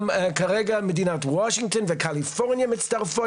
גם כרגע מדינת וושינגטון וקליפורניה מצטרפות,